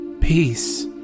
Peace